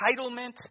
entitlement